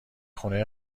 خونه